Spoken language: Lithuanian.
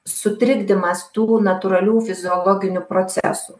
sutrikdymas tų natūralių fiziologinių procesų